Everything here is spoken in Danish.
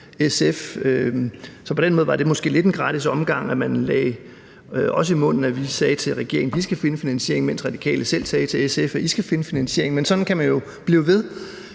så på den måde var det måske lidt en gratis omgang, at man lagde os i munden, at vi sagde til regeringen, at vi skal finde finansieringen, mens Radikale selv sagde til SF, at SF skal finde finansieringen, men sådan kan man jo blive ved.